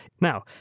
now